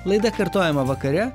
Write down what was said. laida kartojama vakare